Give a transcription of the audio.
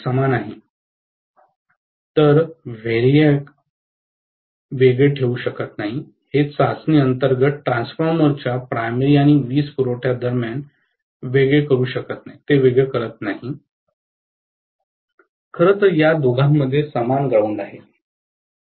तर व्हेरिएक अलग ठेवू शकत नाही हे चाचणी अंतर्गत ट्रान्सफॉर्मरच्या प्राइमरी आणि वीजपुरवठा दरम्यान वेगळे करू शकत नाही ते वेगळे करत नाही खरंतर या दोघांमध्ये समान ग्राऊंड आहे